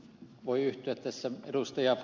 voi yhtyä tässä ed